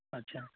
ᱟᱪᱪᱷᱟ